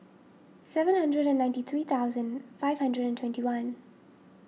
seven hundred and ninety three thousand five hundred and twenty one